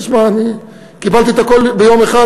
תשמע, קיבלתי את הכול ביום אחד.